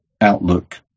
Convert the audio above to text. Outlook